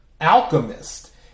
alchemist